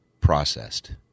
processed